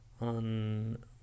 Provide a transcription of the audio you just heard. on